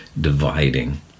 dividing